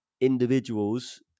individuals